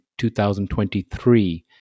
2023